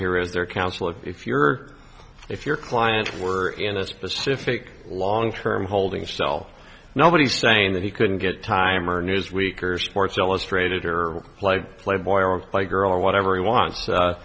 here as there counselor if you're if your client were in a specific long term holding cell nobody's saying that he couldn't get time or newsweek or sports illustrated or like playboy and buy girl or whatever he wants